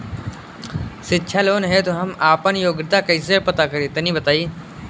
शिक्षा लोन हेतु हम आपन योग्यता कइसे पता करि तनि बताई?